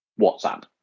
WhatsApp